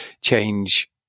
change